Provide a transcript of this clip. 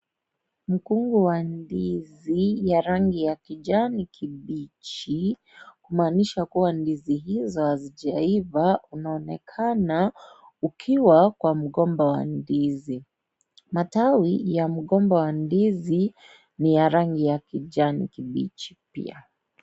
Mkungu wa ndizi ya rangi ya kijani kimbichi kumaanisha ya kwamba ndizi hizo hajijaiva unaonekana ukiwa kwa mgomba wa ndizi. Matawi ya mgomba wa ndizi ni ya rangi ya kijani kimbichi pia.